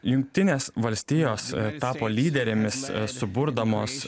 jungtinės valstijos tapo lyderėmis suburdamos